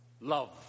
love